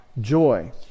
joy